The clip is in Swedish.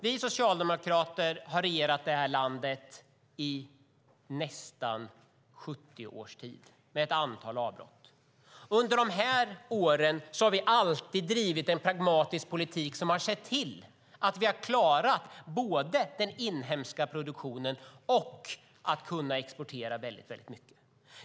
Vi socialdemokrater har regerat det här landet i nästan 70 års tid med ett antal avbrott. Under de åren har vi alltid bedrivit en pragmatisk politik och sett till att Sverige klarat den inhemska produktionen och kunnat exportera mycket.